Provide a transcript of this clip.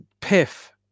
Piff